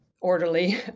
orderly